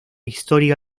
histórica